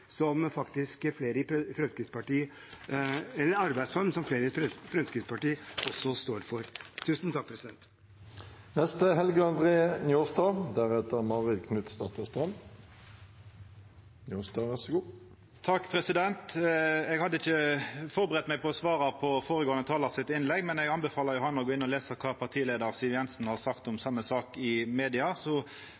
arbeidsform som flere i Fremskrittspartiet står for. Eg hadde ikkje førebudd meg på å svara på føregåande talar sitt innlegg, men eg anbefaler han å gå inn og lesa kva partileiar Siv Jensen har sagt om